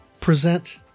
present